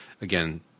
again